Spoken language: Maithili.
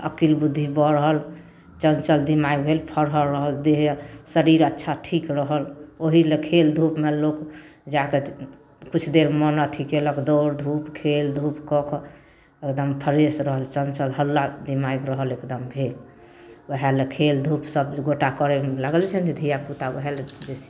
अकिल बुद्धि बढ़ल चंचल दिमाग भेल फरहर रहल देह शरीर अच्छा ठीक रहल ओहीलए खेलधूपमे लोक जाके किछु देर मोन अथी केलक दौड़धूप खेलधूप कऽ के एकदम फ्रेश रहल चंचल हल्ला दिमाग रहल एकदम भेल वएहलए खेलधूप सब दुइगोटा करैमे लागल छै धिआपुता वएहलए बेसी